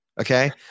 Okay